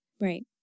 Right